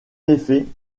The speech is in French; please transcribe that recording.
effet